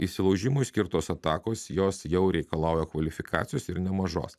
įsilaužimui skirtos atakos jos jau reikalauja kvalifikacijos ir nemažos